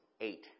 eight